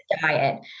diet